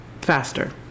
faster